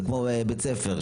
זה כמו בית ספר,